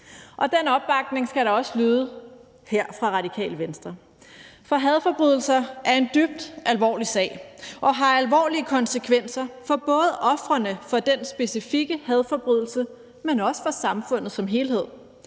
Og den opbakning skal der også lyde her fra Radikale Venstre, for hadforbrydelser er en dybt alvorlig sag og har alvorlige konsekvenser både for ofrene for den specifikke hadforbrydelse, men også for samfundet som helhed.